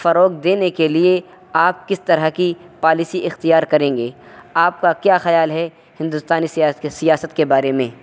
فروغ دینے کے لیے آپ کس طرح کی پالیسی اختیار کریں گے آپ کا کیا خیال ہے ہندوستانی سیاست کے بارے میں